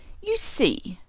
you see,